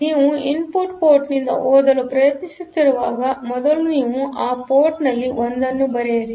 ನೀವು input port ನಿಂದ ಓದಲು ಪ್ರಯತ್ನಿಸುತ್ತಿರುವಾಗ ಮೊದಲು ನೀವು ಆ ಪೋರ್ಟ್ ನಲ್ಲಿ 1 ಅನ್ನು ಬರೆಯಿರಿ